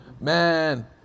Man